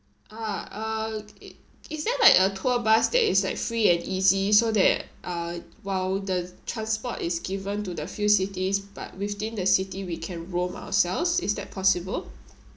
uh uh it is there like a tour bus that is like free and easy so that uh while the transport is given to the few cities but within the city we can roam ourselves is that possible